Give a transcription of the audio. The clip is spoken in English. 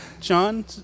John